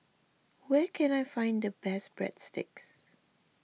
where can I find the best Breadsticks